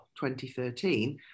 2013